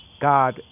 God